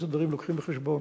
איזה דברים לוקחים בחשבון.